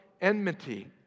enmity